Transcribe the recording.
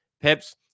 Pips